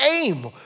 aim